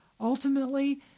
ultimately